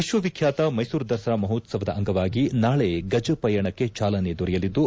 ವಿಶ್ವವಿಚ್ಯಾತ ಮೈಸೂರು ದಸರಾ ಮಹೋತ್ಲವದ ಅಂಗವಾಗಿ ನಾಳೆ ಗಜಪಯಣಕ್ಕೆ ಚಾಲನೆ ದೊರೆಯಲಿದ್ದು